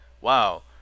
wow